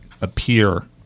appear